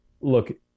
look